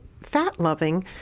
fat-loving